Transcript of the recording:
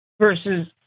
versus